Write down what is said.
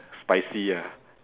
spicy ah